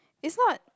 is not